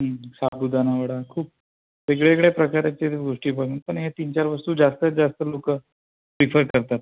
हां हां साबुदाणा वडा खूप वेगळ्या वेगळ्या प्रकारचे जे भुर्जी पाव पण ह्या तीन चार वस्तू जास्तीत जास्त लोकं प्रिफर करतात